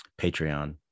Patreon